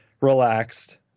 relaxed